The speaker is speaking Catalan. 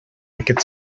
aquest